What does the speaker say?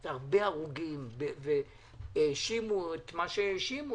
זה הרבה הרוגים והאשימו את מה שהאשימו.